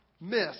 miss